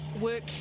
work